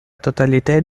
totalité